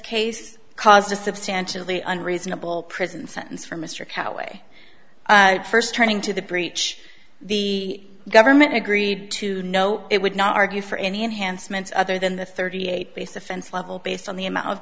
case caused a substantially unreasonable prison sentence for mr cow way first turning to the breach the government agreed to no it would not argue for any enhancements other than the thirty eight base offense level based on the amount of